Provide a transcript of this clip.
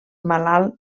malalt